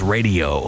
Radio